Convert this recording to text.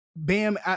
Bam